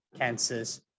cancers